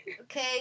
okay